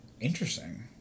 interesting